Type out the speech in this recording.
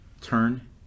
turn